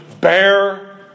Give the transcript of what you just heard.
bear